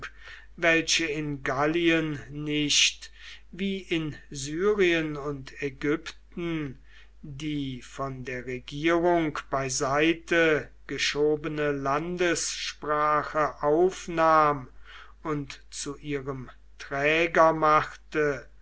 welche in gallien nicht wie in syrien und ägypten die von der regierung beiseite geschobene landessprache aufnahm und zu ihrem träger machte